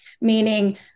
Meaning